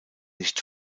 nicht